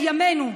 של ימינו.